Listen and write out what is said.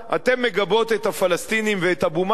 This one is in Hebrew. אתן מגבות את הפלסטינים ואת אבו מאזן,